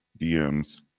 DMs